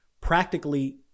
practically